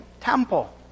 temple